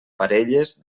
parelles